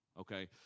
okay